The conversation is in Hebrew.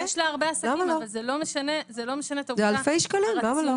אלה אלפי שקלים.